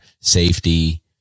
safety